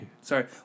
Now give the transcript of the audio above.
Sorry